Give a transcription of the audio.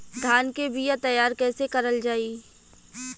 धान के बीया तैयार कैसे करल जाई?